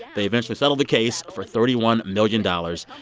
they eventually settled the case for thirty one million dollars,